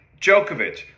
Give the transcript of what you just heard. Djokovic